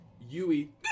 Yui